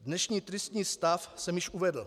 Dnešní tristní stav jsem již uvedl.